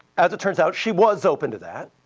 as it turns out, she was open to that,